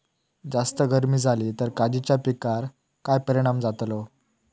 जास्त गर्मी जाली तर काजीच्या पीकार काय परिणाम जतालो?